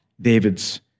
David's